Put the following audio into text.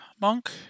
Monk